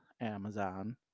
Amazon